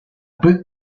book